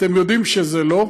אתם יודעים שלא.